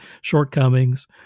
shortcomings